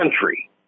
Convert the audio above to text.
country